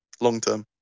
long-term